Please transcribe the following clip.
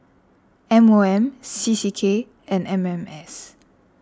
M O M C C K and M M S